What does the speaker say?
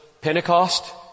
Pentecost